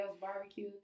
barbecue